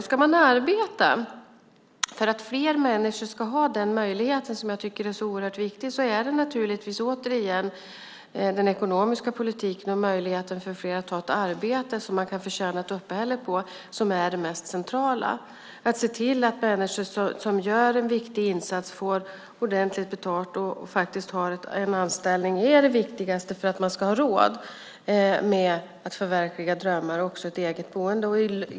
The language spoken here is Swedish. Ska man arbeta för att fler människor ska ha möjligheten att äga, vilket jag tycker är så oerhört viktigt, är det naturligtvis återigen den ekonomiska politiken och möjligheten för fler att ta ett arbete som man kan förtjäna ett uppehälle på som är det mest centrala. Att se till att människor som gör en viktig insats får ordentligt betalt och faktiskt har en anställning är det viktigaste för att man ska ha råd med att förverkliga drömmar, också ett eget boende.